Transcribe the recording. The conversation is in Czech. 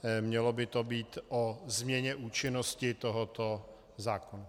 Mělo by to být o změně účinnosti tohoto zákona.